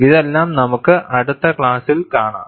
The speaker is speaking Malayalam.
ഇതെല്ലാം നമുക്ക് അടുത്ത ക്ലാസ്സിൽ കാണാം